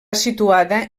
situada